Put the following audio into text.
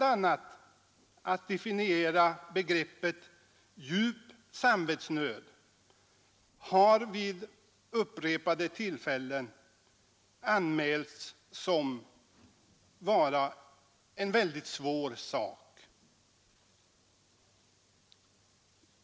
a. har det vid upprepade tillfällen angivits att det är mycket svårt att definiera begreppet ”djup samvetsnöd”.